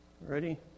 Ready